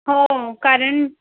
हो कारण